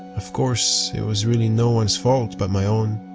of course it was really no ones fault but my own.